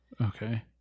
Okay